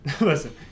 Listen